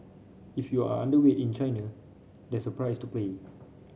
if you are underweight in China there's a price to pay